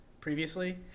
previously